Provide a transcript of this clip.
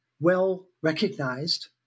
well-recognized